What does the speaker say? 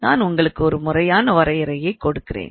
நான் உங்களுக்கு ஒரு முறையான வரையறையை கொடுக்கிறேன்